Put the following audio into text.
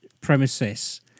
premises